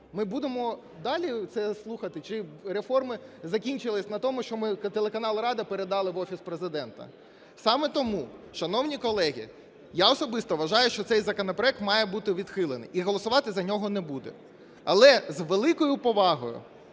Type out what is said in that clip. Ми будемо далі це слухати чи реформи закінчились на тому, що ми телеканал "Рада" передали в Офіс Президента? Саме тому, шановні колеги, я особисто вважаю, що цей законопроект має бути відхилений і голосувати за нього не буду. Але з великою повагою